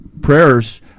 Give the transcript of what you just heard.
prayers